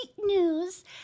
news